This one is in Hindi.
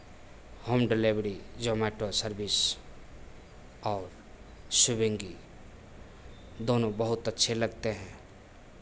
होम डिलिवरी ज़ोमैटो सर्विस और स्वीगी दोनों बहुत अच्छे लगते हैं